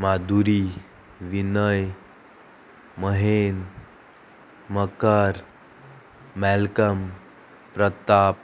Madhuri Vinay Mahen Makar Malcolm Pratap